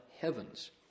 heavens